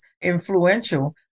influential